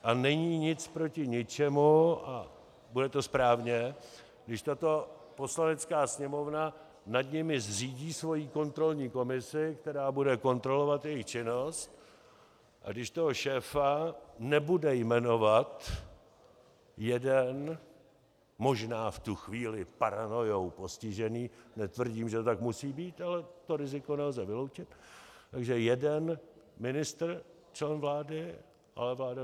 A není nic proti ničemu a bude to správně, když Poslanecká sněmovna nad nimi zřídí svoji kontrolní komisi, která bude kontrolovat jejich činnost, a když toho šéfa nebude jmenovat jeden, možná v tu chvíli paronoiou postižený netvrdím, že to tak musí být, ale to riziko nelze vyloučit jeden ministr, člen vlády, ale vláda celá.